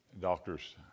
doctors